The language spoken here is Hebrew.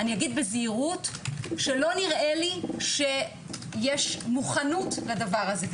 אני אגיד בזהירות שלא נראה לי שיש מוכנות לדבר הזה,